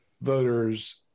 voters